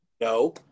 no